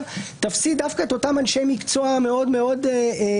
תפסיד דווקא את אותם אנשי מקצוע מאוד זהירים,